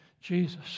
Jesus